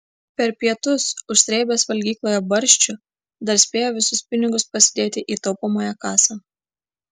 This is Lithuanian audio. per pietus užsrėbęs valgykloje barščių dar spėjo visus pinigus pasidėti į taupomąją kasą